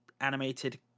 animated